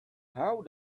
how